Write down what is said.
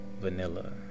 vanilla